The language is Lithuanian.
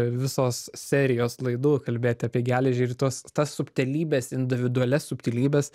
visos serijos laidų kalbėti apie geležį ir tuos tas subtilybes individualias subtilybes